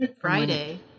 Friday